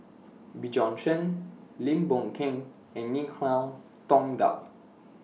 Bjorn Shen Lim Boon Keng and Tong Dow